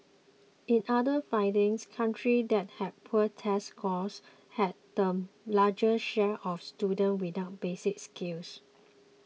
in other findings countries that had poor test scores had the largest share of students without basic skills